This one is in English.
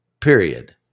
period